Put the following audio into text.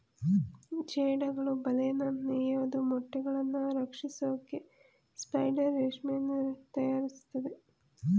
ಜೇಡಗಳು ಬಲೆನ ನೇಯೋದು ಮೊಟ್ಟೆಗಳನ್ನು ರಕ್ಷಿಸೋಕೆ ಸ್ಪೈಡರ್ ರೇಷ್ಮೆಯನ್ನು ತಯಾರಿಸ್ತದೆ